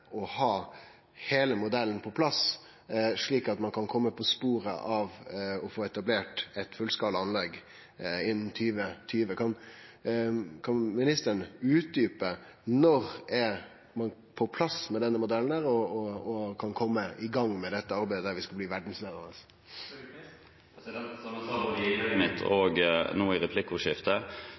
å ha heile modellen på plass, slik at ein kan kome på sporet av å få etablert eit fullskala anlegg innan 2020. Kan ministeren utdjupe når denne modellen er på plass og vi kan kome i gang med dette arbeidet, viss vi skal bli verdsleiande? Som jeg sa både i innlegget mitt og nå i replikkordskiftet,